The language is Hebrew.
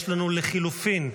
יש לנו לחלופין ל-88,